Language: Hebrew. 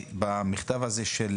המעודכנת של